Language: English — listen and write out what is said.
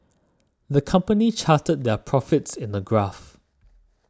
the company charted their profits in a graph